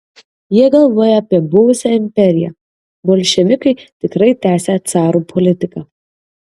jie galvoja apie buvusią imperiją bolševikai tikrai tęsią carų politiką